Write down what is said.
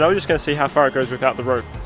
so just gonna see how far it goes without the rope.